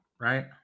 Right